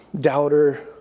doubter